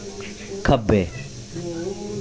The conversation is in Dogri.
खब्बे